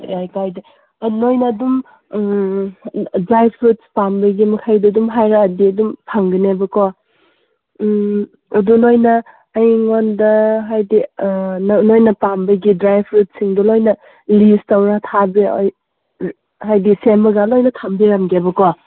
ꯌꯥꯏ ꯀꯥꯏꯗꯦ ꯑꯥ ꯅꯣꯏꯅ ꯑꯗꯨꯝ ꯎꯝ ꯗ꯭ꯔꯥꯏ ꯐ꯭ꯔꯨꯗ ꯄꯥꯝꯂꯗꯤ ꯃꯈꯩꯗꯨ ꯑꯗꯨꯝ ꯍꯥꯏꯔꯛꯑꯗꯤ ꯑꯗꯨꯝ ꯐꯪꯒꯅꯦꯕꯀꯣ ꯎꯝ ꯑꯗꯨ ꯅꯣꯏꯅ ꯑꯩꯉꯣꯟꯗ ꯍꯥꯏꯕꯗꯤ ꯅꯣꯏꯅ ꯄꯥꯝꯕꯒꯤ ꯗ꯭ꯔꯥꯏ ꯐ꯭ꯔꯨꯗꯁꯤꯡꯗꯣ ꯂꯣꯏꯅ ꯂꯤꯁ ꯇꯧꯔꯥ ꯊꯥꯕꯤꯔꯛꯑꯣ ꯍꯥꯏꯗꯤ ꯁꯦꯝꯃꯒ ꯂꯣꯏꯅ ꯊꯝꯕꯤꯔꯝꯒꯦꯕꯀꯣ